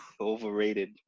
overrated